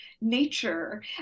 nature